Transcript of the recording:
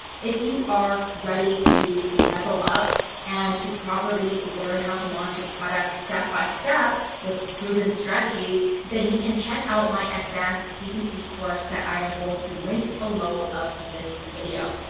if you are ready to level up and to properly learn how to launch your product step by step with proven strategies, then you can check out my advanced ppc course that i am going to link below of this video.